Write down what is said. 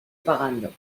pagando